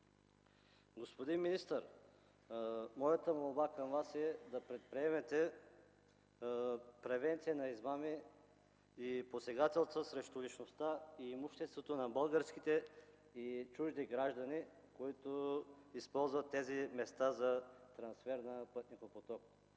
Господин министър, моята молба към Вас е да предприемете превенция на измами и посегателства срещу личността и имуществото на български и чужди граждани, които използват тези места – места за трансфер, с голям пътникопоток.